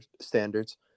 standards